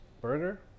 Burger